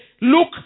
look